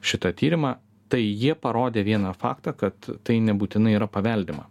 šitą tyrimą tai jie parodė vieną faktą kad tai nebūtinai yra paveldima